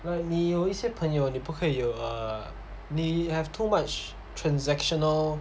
like 你有一些朋友你不可以有 ah 你 have too much transactional